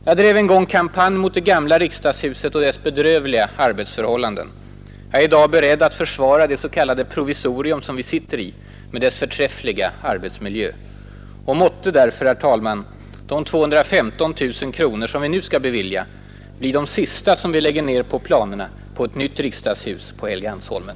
Jag drev en gång en kampanj mot det gamla riksdagshuset och dess bedrövliga arbetsförhållanden. Jag är i dag beredd att försvara det s.k. provisorium vi sitter i med dess förträffliga arbetsmiljö. Måtte därför de 215 000 kronor vi nu skall bevilja bli de sista som vi lägger ner på planerna på ett nytt riksdagshus på Helgeandsholmen.